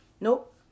nope